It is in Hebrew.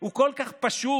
הוא כל כך פשוט,